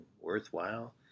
worthwhile